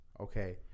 okay